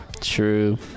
True